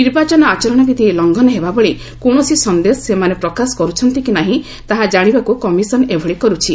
ନିର୍ବାଚନ ଆଚରଣ ବିଧି ଲଂଘନ ହେବା ଭଳି କୌଣସି ସନ୍ଦେଶ ସେମାନେ ପ୍ରକାଶ କରୁଛନ୍ତି କି ନାହିଁ ତାହା ଜାଣିବାକୁ କମିଶନ ଏଭଳି କରୁଛି